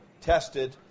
tested